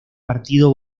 partido